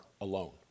alone